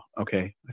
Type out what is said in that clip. Okay